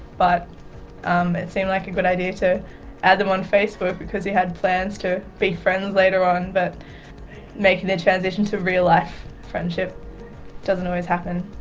but um it seemed like a good idea to add them on facebook because you had plans to be friends later on, but making the transition to real-life friendship doesn't always happen.